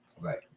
Right